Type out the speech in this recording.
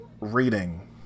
reading